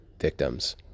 victims